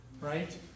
right